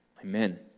Amen